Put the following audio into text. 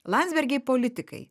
landsbergiai politikai